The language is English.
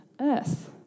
earth